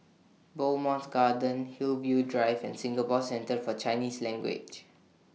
Bowmont Gardens Hillview Drive and Singapore Centre For Chinese Language